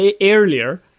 earlier